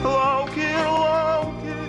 lauki ir lauki